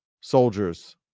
soldiers